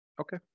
Okay